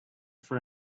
for